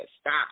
Stop